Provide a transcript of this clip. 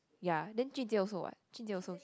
ya then jun-jie also what jun-jie also okay